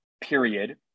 period